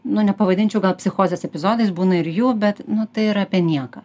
nu nepavadinčiau gal psichozės epizodais būna ir jų bet nu tai yra apie nieką